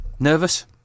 Nervous